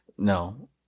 No